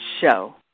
show